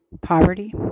poverty